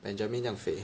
Benjamin 这样肥